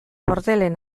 bordelen